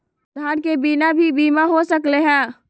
आधार के बिना भी बीमा हो सकले है?